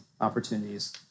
opportunities